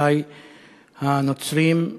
אחי הנוצרים,